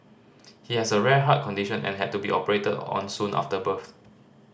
he has a rare heart condition and had to be operated on soon after birth